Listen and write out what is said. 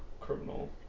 criminal